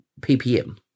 PPM